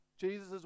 Jesus